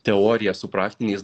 teoriją su praktiniais